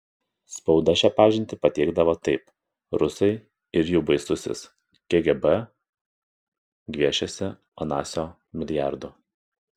spauda šią pažintį pateikdavo taip rusai ir jų baisusis kgb gviešiasi onasio milijardų